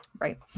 right